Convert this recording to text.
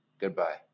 Goodbye